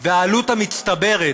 והעלות המצטברת,